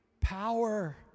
power